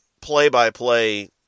play-by-play